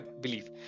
believe